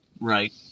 Right